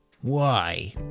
Why